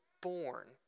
born